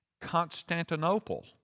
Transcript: Constantinople